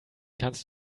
kannst